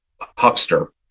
huckster